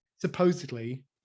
Supposedly